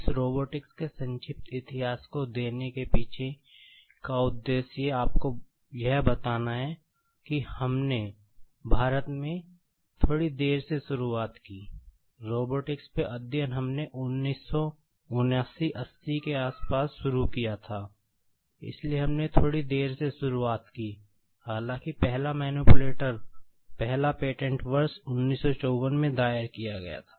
इसलिए ये रोबोटिक्स पहला पेटेंट वर्ष 1954 में दायर किया गया था